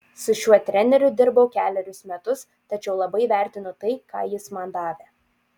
su šiuo treneriu dirbau kelerius metus tačiau labai vertinu tai ką jis man davė